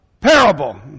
parable